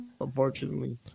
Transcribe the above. unfortunately